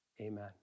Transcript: Amen